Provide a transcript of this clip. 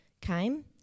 came